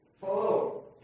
follow